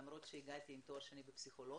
למרות שהגעתי עם תואר שני בפסיכולוגיה,